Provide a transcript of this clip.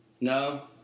No